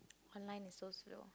online is so slow